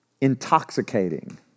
Intoxicating